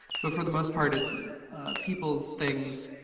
but for the most part it's people's things.